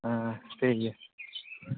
ᱦᱮᱸ ᱴᱷᱤᱠ ᱜᱮᱭᱟ